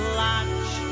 latch